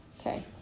Okay